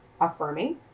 affirming